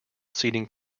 seating